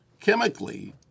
chemically